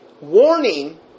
warning